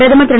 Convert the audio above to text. பிரதமர் திரு